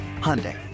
Hyundai